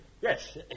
yes